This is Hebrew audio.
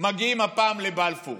מגיעים הפעם לבלפור.